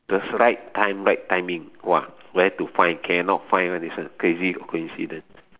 the right time right timing !wah! where to find cannot find one this one crazy coincidence